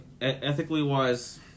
ethically-wise